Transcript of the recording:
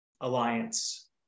Alliance